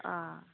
अ